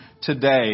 today